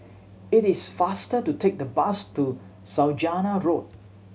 it is faster to take the bus to Saujana Road